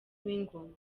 w’ingoma